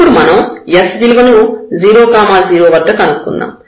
ఇప్పుడు మనం s విలువను 0 0 వద్ద కనుక్కుందాం